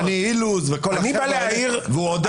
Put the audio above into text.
שני אילוז וכל החבר'ה האלה, והוא עודד אותם.